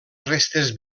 restes